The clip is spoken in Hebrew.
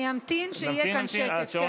אני אמתין שיהיה כאן שקט.